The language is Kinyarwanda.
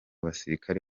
basirikare